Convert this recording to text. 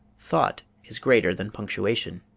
thought is greater than punctuation.